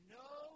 no